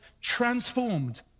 transformed